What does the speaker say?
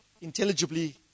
intelligibly